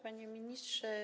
Panie Ministrze!